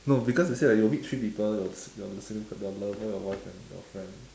no because they say you will meet three people your your your lover your boyfriend and your friend